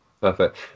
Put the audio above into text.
Perfect